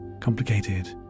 complicated